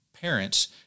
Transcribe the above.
parents